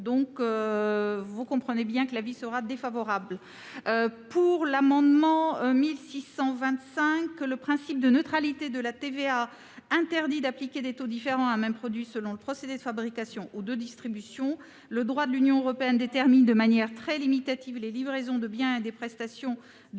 vous comprendrez donc pourquoi l'avis est défavorable. Quant à l'amendement n° 1625, le principe de neutralité de la TVA interdit d'appliquer des taux différents à un même produit selon le procédé de fabrication ou de distribution. Le droit de l'Union européenne détermine de manière très limitative les livraisons de biens et des prestations de